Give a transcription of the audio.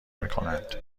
میکنند